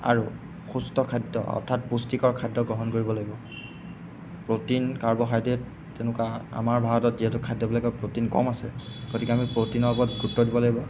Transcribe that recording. আৰু সুস্থ খাদ্য অৰ্থাৎ পুষ্টিকৰ খাদ্য গ্ৰহণ কৰিব লাগিব প্ৰ'টিন কাৰ্বহাইড্ৰেট তেনেকুৱা আমাৰ ভাৰতত যিহেতু খাদ্যবিলাকৰ প্ৰ'টিন কম আছে গতিকে আমি প্ৰ'টিনৰ ওপৰত গুৰুত্ব দিব লাগিব